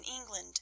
england